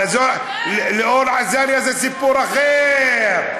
אלאור אזריה זה סיפור אחר.